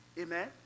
Amen